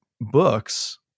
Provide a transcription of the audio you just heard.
books